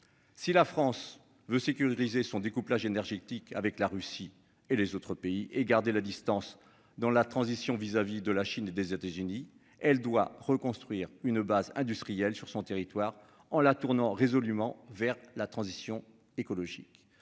Si la France veut sécuriser son découplage énergétique avec la Russie et les autres pays et garder la distance dans la transition vis-à-vis de la Chine et des États-Unis. Elle doit reconstruire une base industrielle sur son territoire en la tournant résolument vers la transition écologique.